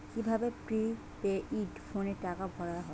কি ভাবে প্রিপেইড ফোনে টাকা ভরা হয়?